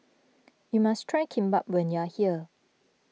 you must try Kimbap when you are here